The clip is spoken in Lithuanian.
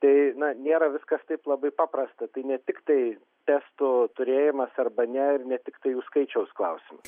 tai na nėra viskas taip labai paprasta tai ne tiktai testų turėjimas arba ne ir ne tiktai jų skaičiaus klausimas